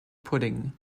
pudding